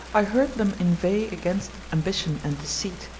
i heard them inveigh against ambition and deceit,